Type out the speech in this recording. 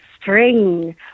String